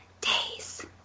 days